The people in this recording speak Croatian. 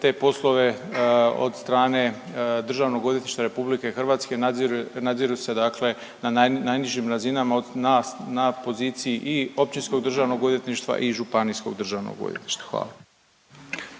te poslove od strane Državnog odvjetništva Republike Hrvatske nadziru se, dakle na najnižim razinama na poziciji i Općinskog državnog odvjetništva i županijskog državnog odvjetništva. Hvala.